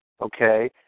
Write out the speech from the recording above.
Okay